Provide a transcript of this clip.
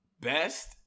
Best